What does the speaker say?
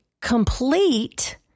complete